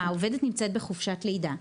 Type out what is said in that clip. העובדת נמצאת בחופשת לידה.